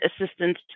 Assistance